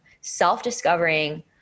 self-discovering